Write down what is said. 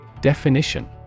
Definition